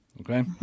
Okay